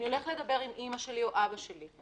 אני הולך לדבר עם אמא שלי או אבא שלי,